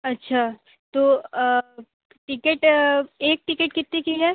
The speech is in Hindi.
अच्छा तो टिकट एक टिकट कितने की है